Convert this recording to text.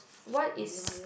what is